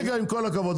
רגע עם כל הכבוד,